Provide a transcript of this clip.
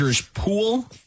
pool